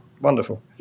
Wonderful